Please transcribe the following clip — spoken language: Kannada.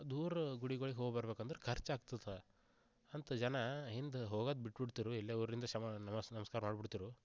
ದೂರ ಗುಡಿಗಳಿಗೆ ಹೋಗಿ ಬರ್ಬೇಕು ಅಂದ್ರೆ ಖರ್ಚ್ ಆಗ್ತದೆ ಅಂತ ಜನ ಹಿಂದೆ ಹೋಗೋದ್ ಬಿಟ್ಟು ಬಿಡ್ತಿರು ಎಲ್ಲೋ ಅವರಿಂದ ಸಮಾ ನಮಸ್ ನಮಸ್ಕಾರ ಮಾಡ್ಬಿಡ್ತಿರೋ